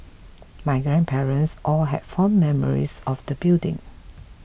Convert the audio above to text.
my grandparents all had fond memories of the building